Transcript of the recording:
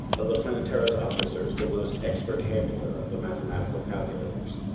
of the planetara's officers the most expert handler of the mathematical calculators.